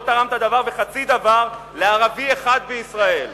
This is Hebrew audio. לא תרמת דבר וחצי דבר לערבי אחד בישראל,